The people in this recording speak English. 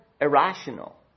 irrational